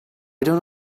don’t